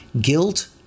guilt